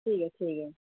ठीक ऐ ठीक ऐ